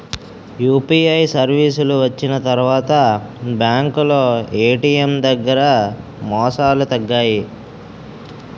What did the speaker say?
UPI సర్వీసులు వచ్చిన తర్వాత బ్యాంకులో ఏటీఎం దగ్గర మోసాలు తగ్గాయి